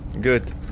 Good